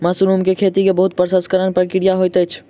mushroom के खेती के बहुत प्रसंस्करण प्रक्रिया होइत अछि